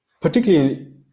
particularly